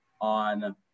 on